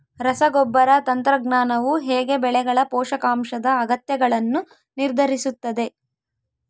ರಸಗೊಬ್ಬರ ತಂತ್ರಜ್ಞಾನವು ಹೇಗೆ ಬೆಳೆಗಳ ಪೋಷಕಾಂಶದ ಅಗತ್ಯಗಳನ್ನು ನಿರ್ಧರಿಸುತ್ತದೆ?